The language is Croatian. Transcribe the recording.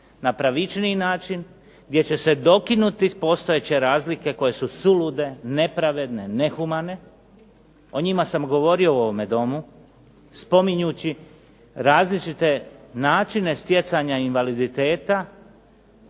na pravičniji način, gdje će se dokinuti postojeće razlike koje su sulude, nepravedne, nehumane. O njima sam govorio u ovome Domu, spominjući različite načine stjecanja invaliditeta